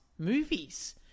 Movies